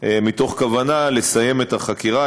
מתוך כוונה לסיים את החקירה,